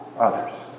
Others